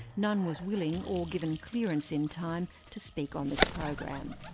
none was willing or given clearance in time to speak on this program.